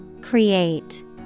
Create